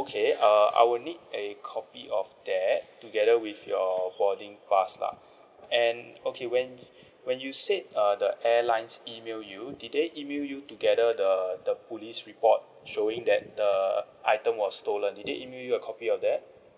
okay err I will need a copy of that together with your boarding pass lah and okay when when you said uh the airlines email you did they email you together the the police report showing that the item was stolen did they email you a copy of that